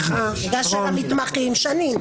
והמתמחים שנים.